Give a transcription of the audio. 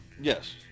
Yes